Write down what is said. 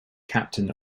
captain